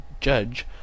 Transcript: judge